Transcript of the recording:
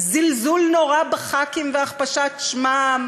זלזול נורא בחברי כנסת והכפשת שמם.